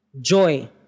Joy